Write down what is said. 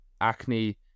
acne